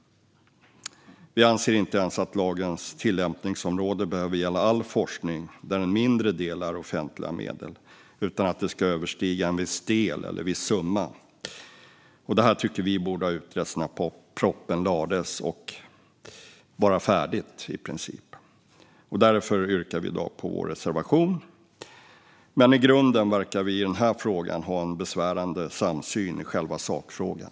Vi anser inte ens att lagens tillämpningsområde behöver gälla all forskning där en mindre del är offentliga medel utan att det ska överstiga en viss del eller en viss summa. Detta tycker vi borde ha utretts när propositionen lades fram och nu i princip vara färdigt. Därför yrkar jag i dag bifall till vår reservation, men i grunden verkar vi i denna fråga ha en besvärande samsyn i själva sakfrågan.